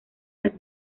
las